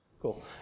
Cool